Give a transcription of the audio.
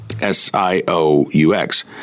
S-I-O-U-X